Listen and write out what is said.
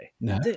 No